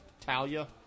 Talia